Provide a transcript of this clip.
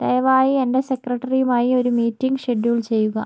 ദയവായി എന്റെ സെക്രട്ടറിയുമായി ഒരു മീറ്റിംഗ് ഷെഡ്യൂൾ ചെയ്യുക